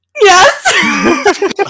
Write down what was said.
Yes